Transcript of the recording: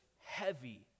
heavy